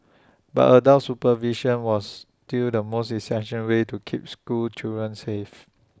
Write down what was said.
but adult supervision was still the most essential way to keep school children safe